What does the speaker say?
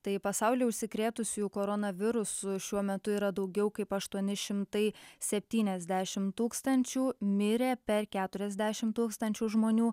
tai pasaulyje užsikrėtusiųjų koronavirusu šiuo metu yra daugiau kaip aštuoni šimtai septyniasdešimt tūkstančių mirė per keturiasdešimt tūkstančių žmonių